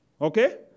Okay